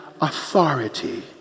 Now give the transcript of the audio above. authority